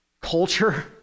culture